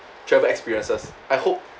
travel experiences I hope